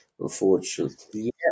Unfortunately